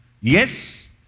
Yes